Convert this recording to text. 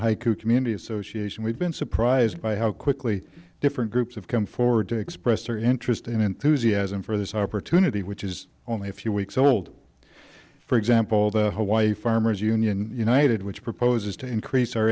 haiku community association we've been surprised by how quickly different groups have come forward to express their interest and enthusiasm for this opportunity which is only a few weeks old for example the hawaii farmers union united which proposes to increase our